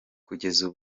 kugeza